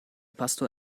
pastor